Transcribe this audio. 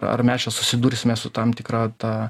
ar mes susidursime su tam tikra ta